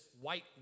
white